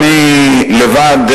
אני לבד,